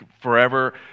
forever